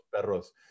Perros